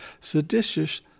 seditious